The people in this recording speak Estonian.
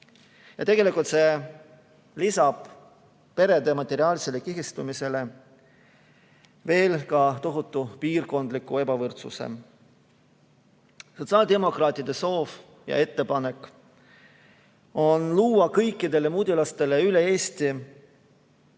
lastevanemad. See lisab perede materiaalsele kihistumisele tohutu piirkondliku ebavõrdsuse. Sotsiaaldemokraatide soov ja ettepanek on luua kõikidele mudilastele üle Eesti